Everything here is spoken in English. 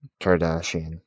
Kardashian